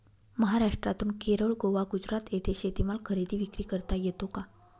महाराष्ट्रातून केरळ, गोवा, गुजरात येथे शेतीमाल खरेदी विक्री करता येतो का?